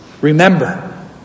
remember